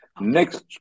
Next